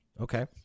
Okay